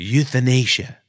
Euthanasia